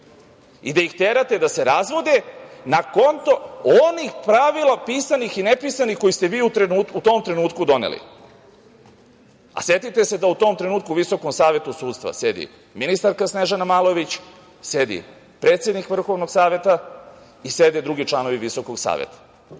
i da ih terate da se razvode na konto onih pravila pisanih i nepisanih koje ste vi u tom trenutku doneli. Setite se da u tom trenutku u VSS sedi ministarka Snežana Malović, sedi predsednik Vrhovnog saveta i sede drugi članovi Visokog saveta.